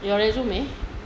your resume